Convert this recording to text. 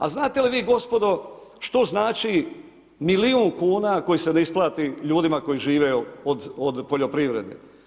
A znate li vi gospodo što znači milijun kuna koji se ne isplati ljudima koji žive od poljoprivrede?